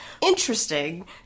interesting